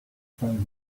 stands